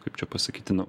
kaip čia pasakyti nu